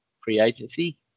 pre-agency